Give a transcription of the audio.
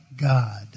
God